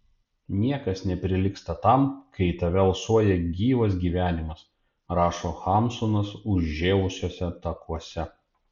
niekas neprilygsta tam kai į tave alsuoja gyvas gyvenimas rašo hamsunas užžėlusiuose takuose